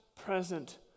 present